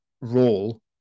role